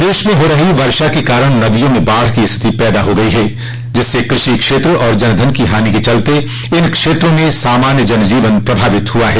प्रदेश में हो रही वर्षा के कारण नदियों में बाढ़ की स्थिति पैदा हो गई है जिससे कृषि क्षेत्र और जन धन की हानि के चलते इन क्षेत्रों में सामान्य जन जोवन प्रभावित हुआ है